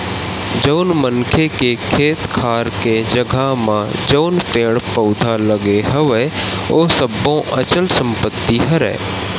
जउन मनखे के खेत खार के जघा म जउन पेड़ पउधा लगे हवय ओ सब्बो अचल संपत्ति हरय